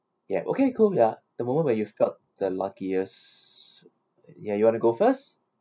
yup okay cool ya the moment where you felt the luckiest ya you want to go first